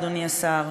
אדוני השר,